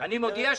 אני מודיע שיקרה.